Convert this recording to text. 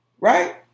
right